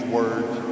words